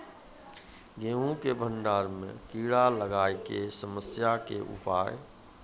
गेहूँ के भंडारण मे कीड़ा लागय के समस्या के उपाय?